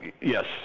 yes